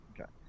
Okay